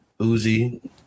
Uzi